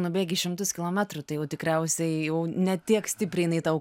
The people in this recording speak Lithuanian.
nubėgi šimtus kilometrų tai jau tikriausiai jau ne tiek stipriai jinai tau